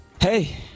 hey